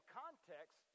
context